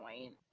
point